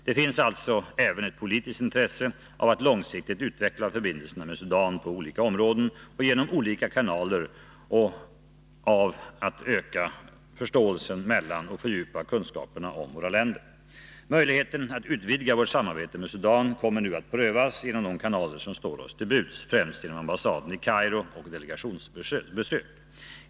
Det finns alltså även ett politiskt intresse av att långsiktigt utveckla förbindelserna med Sudan på olika områden och genom olika kanaler, och av att öka förståelsen mellan och fördjupa kunskapen om våra länder. Möjligheten att utvidga vårt samarbete med Sudan kommer nu att prövas genom de kanaler som står oss till buds, främst genom ambassaden i Kairo och delegationsbesök.